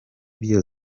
byo